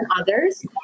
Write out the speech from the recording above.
others